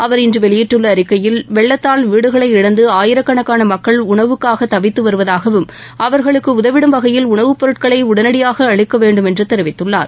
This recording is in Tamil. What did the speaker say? அவர் இன்று வெளியிட்டுள்ள அறிக்கையில் வெள்ளத்தால் வீடுகளை இழந்து அயிரக்கணக்கான மக்கள் உணவுக்காக தவித்து வருவதாகவும் அவர்களுக்கு உதவிடும் வகையில் உணவுப் பொருட்களை உடனடியாக அளிக்க வேண்டும் என்று தெரிவித்துள்ளார்